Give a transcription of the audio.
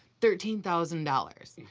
thirteen thousand dollars.